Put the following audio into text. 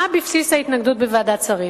מה בבסיס ההתנגדות בוועדת שרים?